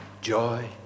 joy